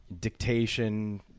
dictation